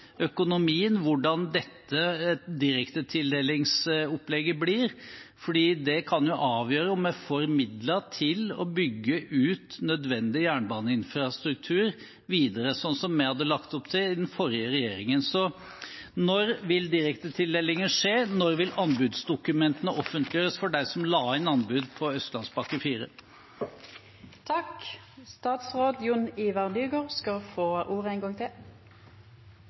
økonomien hvordan dette direktetildelingsopplegget blir, fordi det kan avgjøre om vi får midler til å bygge ut nødvendig jernbaneinfrastruktur videre, sånn som vi hadde lagt opp til i den forrige regjeringen. Så når vil direktetildelingen skje? Når vil anbudsdokumentene offentliggjøres for dem som la inn anbud på Østlandspakke